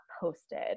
posted